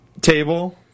table